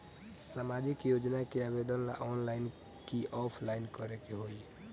सामाजिक योजना के आवेदन ला ऑनलाइन कि ऑफलाइन करे के होई?